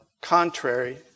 contrary